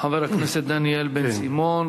חבר הכנסת דניאל בן-סימון,